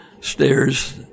stairs